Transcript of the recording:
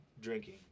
drinking